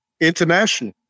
international